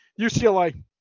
UCLA